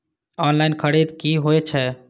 Online खरीद की होए छै?